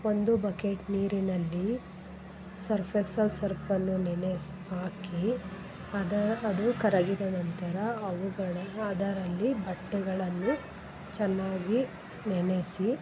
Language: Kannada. ಒಂದು ಬಕೆಟ್ ನೀರಿನಲ್ಲಿ ಸರ್ಫೆಕ್ಸಲ್ ಸರ್ಪನ್ನು ನೆನೆಸಿ ಹಾಕಿ ಅದಾ ಅದು ಕರಗಿದ ನಂತರ ಅವುಗಳ ಅದರಲ್ಲಿ ಬಟ್ಟೆಗಳನ್ನು ಚೆನ್ನಾಗಿ ನೆನೆಸಿ